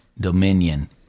dominion